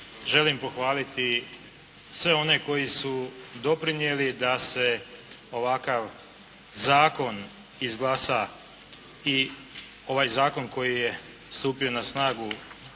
želim pohvaliti sve one koji su doprinijeli da se ovakav zakon izglasa i ovaj zakon koji je stupio na snagu